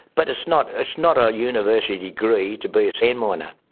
but it's not ah not a university degree to be a sand miner.